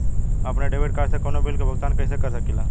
हम अपने debit card से कउनो बिल के भुगतान कइसे कर सकीला?